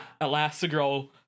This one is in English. Elastigirl